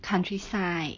country side